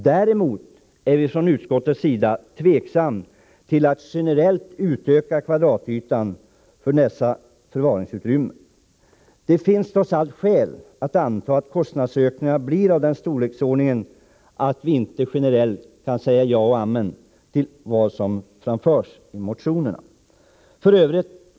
Däremot är vi från utskottets sida ytterst tveksamma till att generellt utöka kvadratmeterytan i dessa förvaringsutrymmen. Det finns trots allt skäl att anta att kostnadsökningarna blir av den storleken att vi inte generellt kan säga ja eller amen till vad som framförs i motionerna. F. ö.